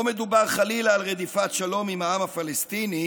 לא מדובר חלילה על רדיפת שלום עם העם הפלסטיני,